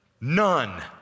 None